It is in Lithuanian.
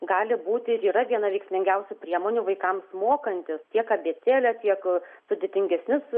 gali būti ir yra viena veiksmingiausių priemonių vaikams mokantis tiek abėcėlės tiek sudėtingesnius